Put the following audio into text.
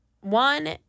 One